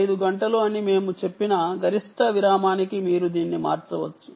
5 గంటలు అని మేము చెప్పిన గరిష్ట విరామానికి మీరు దీన్ని మార్చవచ్చు